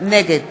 נגד